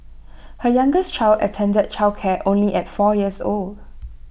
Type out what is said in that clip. her youngest child attended childcare only at four years old